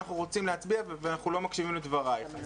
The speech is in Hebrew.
אנחנו רוצים להצביע ואנחנו לא מקשיבים לדברייך.